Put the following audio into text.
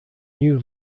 new